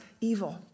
evil